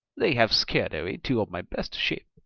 they have scared away two of my best sheep,